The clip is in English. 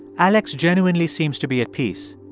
alex genuinely seems to be at peace.